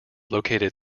located